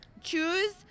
Choose